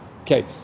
Okay